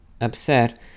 upset